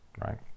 Right